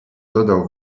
dodał